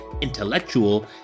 intellectual